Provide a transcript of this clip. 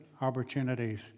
opportunities